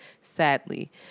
sadly